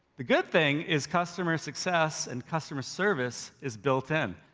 the good thing is customer success and customer service is built in.